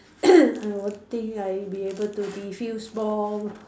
I will think like be able to defuse bomb